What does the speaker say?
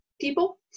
people